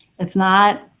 it's not,